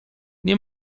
nie